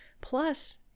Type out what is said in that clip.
Plus